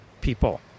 people